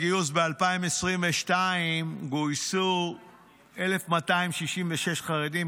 ב-2022 גויסו 1,266 חרדים,